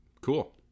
Cool